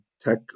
tech